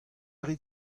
rit